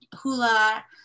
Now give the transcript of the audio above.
Hula